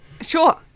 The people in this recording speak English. Sure